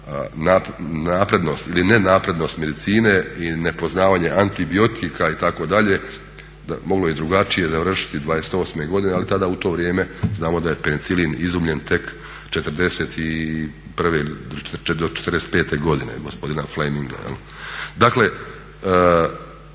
naprednost ili nenaprednost medicine i nepoznavanje antibiotika itd., moglo je drugačije završiti '28. godine ali tada u to vrijeme znamo da je penicilin izumljen tek '41. do '45. godine gospodina Fleminga. Dakle